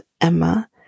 Emma